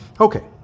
Okay